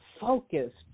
focused